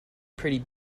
pretty